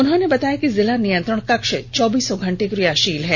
उन्होंने बताया कि जिला नियंत्रण कक्ष चौबीसो घंटे कियाषील है